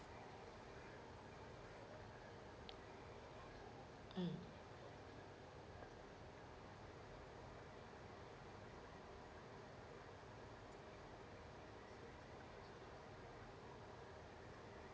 mm